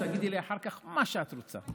ותגידי לי אחר כך מה שאת רוצה.